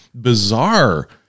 bizarre